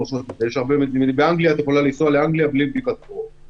את יכולה לנסוע לאנגליה בלי בדיקת קורונה.